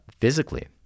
physically